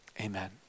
amen